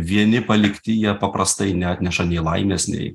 vieni palikti jie paprastai neatneša nei laimės nei